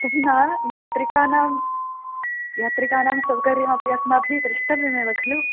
तद् न यात्रिकाणां यात्रिकाणां सौकर्यमपि अस्माभिः द्रष्टव्यमेव खलु